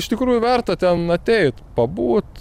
iš tikrųjų verta ten ateit pabūt